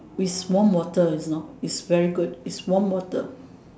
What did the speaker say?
its warm water its very good its warm water